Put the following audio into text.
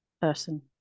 person